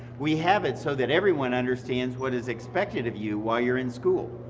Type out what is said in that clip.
we have it so that everyone understands what is expected of you while you're in school.